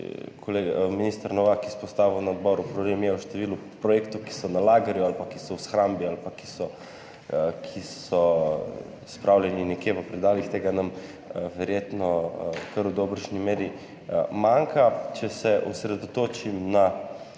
je tudi minister Novak izpostavil na odboru, v številu projektov, ki so na lagerju ali v shrambi ali pa so spravljeni nekje v predalih, tega nam verjetno kar v dobršni meri manjka. Če se osredotočim na